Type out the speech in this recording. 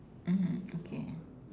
mm okay